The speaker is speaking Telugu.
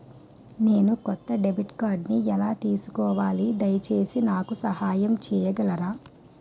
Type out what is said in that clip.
నేను కొత్త డెబిట్ కార్డ్ని ఎలా తీసుకోవాలి, దయచేసి నాకు సహాయం చేయగలరా?